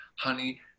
honey